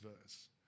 verse